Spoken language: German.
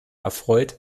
erfreut